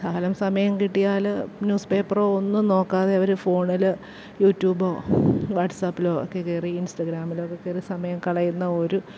ശകലം സമയം കിട്ടിയാല് ന്യൂസ് പേപ്പറോ ഒന്നും നോക്കാതെ അവര് ഫോണില് യൂ ട്യൂബോ വാട്ട്സാപ്പിലോ ഒക്കെ കയറിയും ഇൻസ്റ്റഗ്രാമിലൊക്കെക്കയറി സമയം കളയുന്ന ഒരു